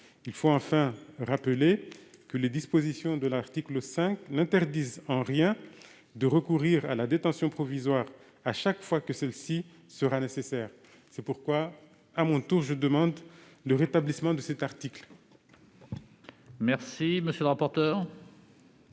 Il faut enfin rappeler que les dispositions de l'article 5 n'interdisent en rien de recourir à la détention provisoire chaque fois que celle-ci s'avérera nécessaire. Je demande donc à mon tour le rétablissement de cet article.